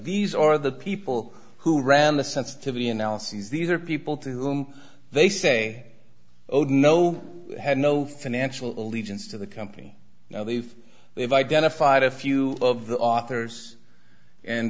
these are the people who ran the sensitivity analyses these are people to whom they say no had no financial allegiance to the company now they've they've identified a few of the authors and